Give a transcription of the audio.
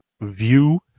view